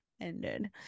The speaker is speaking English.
Ended